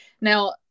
Now